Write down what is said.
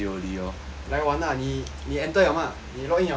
来玩啊你你 enter 了吗你 log in 了吗